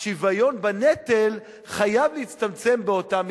בשוויון בנטל חייב להצטמצם באותה מידה.